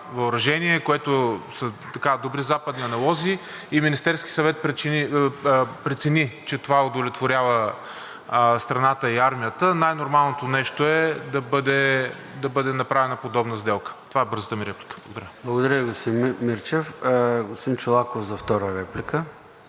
въоръжение, което са добри западни аналози, и Министерският съвет прецени, че това удовлетворява страната и армията, най-нормалното нещо е да бъде направена подобна сделка. Това е бързата ми реплика. Благодаря. ПРЕДСЕДАТЕЛ ЙОРДАН ЦОНЕВ: Благодаря Ви,